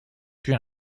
puis